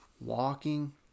walking